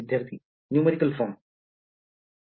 विद्यार्थी न्यूमेरिकॅल